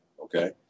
Okay